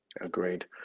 agreed